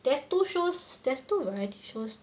there's two shows there's two variety shows